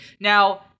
Now